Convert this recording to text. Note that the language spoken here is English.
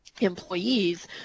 employees